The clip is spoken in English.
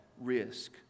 risk